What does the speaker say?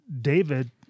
David